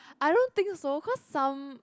I don't think so cause some